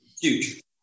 Huge